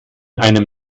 einem